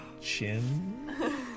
chin